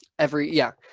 every yeah